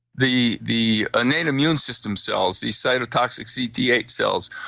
the the innate immune system cells, these cytotoxic c t eight cells,